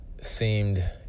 seemed